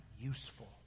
useful